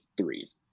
threes